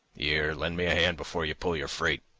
here, lend me a hand before you pull your freight,